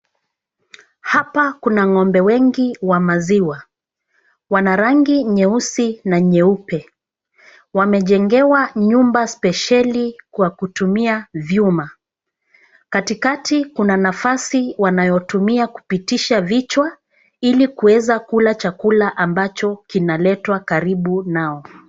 Hapa kuna ng'ombe wengi wa maziwa. Wana rangi nyeusi na nyeupe. Wamejengewa nyumba spesheli kwa kutumia vyuma. Katikati kuna nafasi wanayotumia kupitisha vichwa ili kuweza kula chakula ambacho kinaletwa karibu nao.